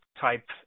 type